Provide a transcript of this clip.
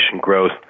growth